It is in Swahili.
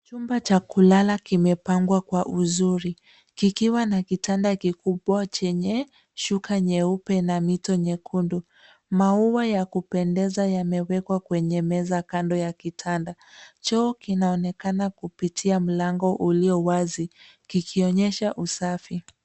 Chumba cha kulala kimepangwa kwa uzuri kikiwa na kitanda kikubwa chenye shuka nyeupe na mito nyekundu. Maua ya kupendeza yamebebwa kwenye meza kando ya kitanda. Choo kinaonekana kupitia mlango ulio wazi kikionyesha usafi.